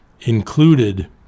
included